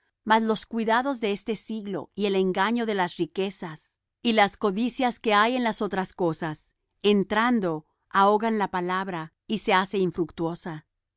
mas los cuidados de este siglo y el engaño de las riquezas y las codicias que hay en las otras cosas entrando ahogan la palabra y se hace infructuosa